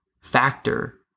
factor